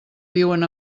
viuen